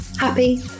happy